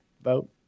vote